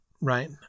right